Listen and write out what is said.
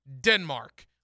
Denmark